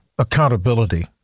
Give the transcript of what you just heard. accountability